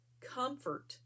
comfort